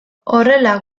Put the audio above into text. horrela